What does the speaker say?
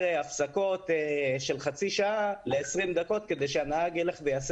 הפסקות של חצי שעה ל-20 דקות כדי שהנהג ילך ויעשה